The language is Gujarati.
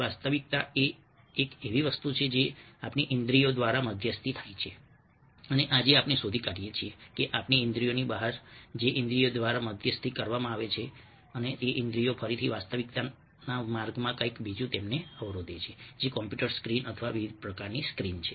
વાસ્તવિકતા એ એક એવી વસ્તુ છે જે આપણી ઇન્દ્રિયો દ્વારા મધ્યસ્થી થાય છે અને આજે આપણે શોધી કાઢીએ છીએ કે આપણી ઇન્દ્રિયોની બહાર જો કે તે ઇન્દ્રિયો દ્વારા મધ્યસ્થી કરવામાં આવે છે આપણી ઇન્દ્રિયો ફરીથી વાસ્તવિકતાના માર્ગમાં કંઈક બીજું તેમને અવરોધે છે જે કમ્પ્યુટર સ્ક્રીન અથવા વિવિધ પ્રકારની સ્ક્રીન છે